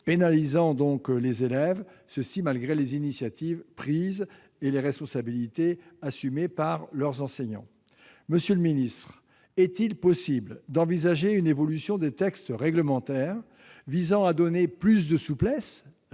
pénaliser les élèves malgré les initiatives et prises de responsabilité de leurs enseignants. Monsieur le ministre, est-il possible d'envisager une évolution des textes réglementaires visant à donner plus de souplesse,